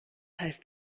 heißt